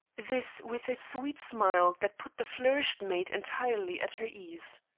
this with a sweet smile that put the flurried maid entirely at her ease.